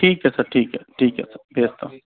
ठीक है सर ठीक है ठीक है सर भेजता हूँ